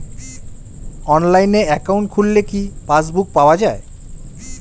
অনলাইনে একাউন্ট খুললে কি পাসবুক পাওয়া যায়?